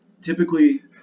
typically